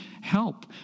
help